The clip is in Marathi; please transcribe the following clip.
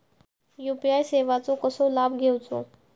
यू.पी.आय सेवाचो कसो लाभ घेवचो?